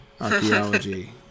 archaeology